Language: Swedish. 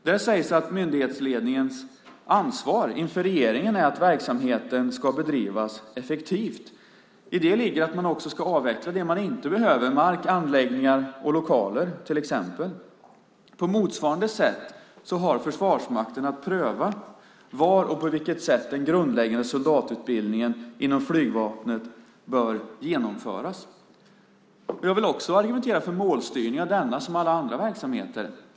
Där sägs det att myndighetsledningens ansvar inför regeringen är att verksamheten ska bedrivas effektivt. I detta ligger att man också ska avveckla det som inte behövs - till exempel mark, anläggningar och lokaler. På motsvarande sätt har Försvarsmakten att pröva var och på vilket sätt den grundläggande soldatutbildningen inom flygvapnet bör genomföras. Jag vill också argumentera för målstyrningen av denna som alla andra verksamheter.